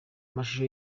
amashusho